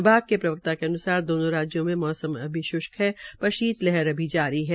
विभाग के प्रवक्ता के अन्सार दोनों राज्यों में मौसम अभी शृष्क् है पर शीत लहर अभी जारी है